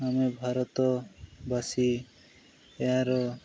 ଆମେ ଭାରତବାସୀ ଏହାର